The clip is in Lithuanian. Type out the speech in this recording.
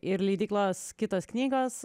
ir leidyklos kitos knygos